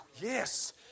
Yes